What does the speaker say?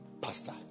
pastor